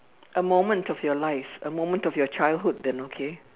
a moment of your life a moment of your childhood then okay